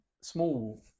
small